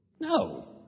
No